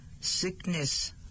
sickness